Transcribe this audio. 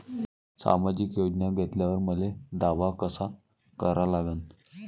सामाजिक योजना घेतल्यावर मले दावा कसा करा लागन?